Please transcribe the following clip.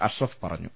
അഷ്റഫ് പറഞ്ഞു